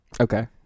okay